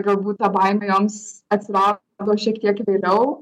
galbūt ta baimė joms atsirado šiek tiek vėliau